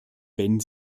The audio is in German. wenn